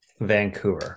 Vancouver